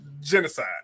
Genocide